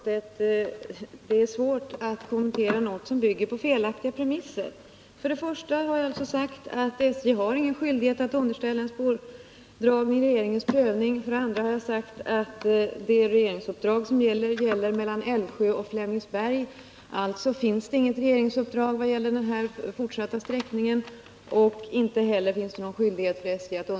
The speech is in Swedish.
Det är svårt, Pär Granstedt, att kommentera något som bygger på felaktiga premisser. För det första har jag sagt att SJ inte har någon skyldighet att underställa en spårdragning regeringens prövning. För det andra har jag sagt att det regeringsuppdrag som lämnats gäller en järnvägsdragning mellan Älvsjö och Flemingsberg.